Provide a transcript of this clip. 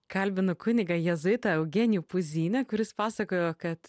kalbinu kunigą jėzuitą eugenijų puzynią kuris pasakojo kad